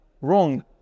wrong